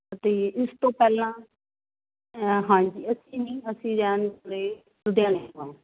ਅਤੇ ਇਸ ਤੋਂ ਪਹਿਲਾਂ ਹਾਂਜੀ ਅਸੀਂ ਨਹੀਂ ਅਸੀਂ ਰਹਿੰਦੇ ਲੁਧਿਆਣੇ ਤੋਂ